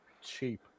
cheap